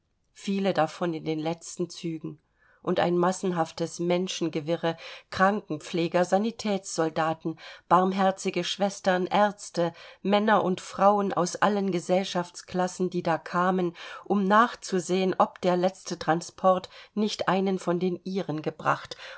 viele davon in den letzten zügen und ein massenhaftes menschengewirre krankenpfleger sanitätssoldaten barmherzige schwestern ärzte männer und frauen aus allen gesellschaftsklassen die da kamen um nachzusehen ob der letzte transport nicht einen von den ihren gebracht